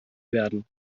werden